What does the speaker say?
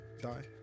Die